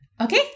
Okay